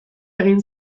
egin